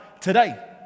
today